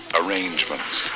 arrangements